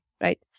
Right